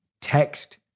Text